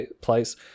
place